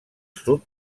sud